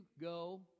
go